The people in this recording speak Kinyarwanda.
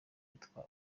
yitwa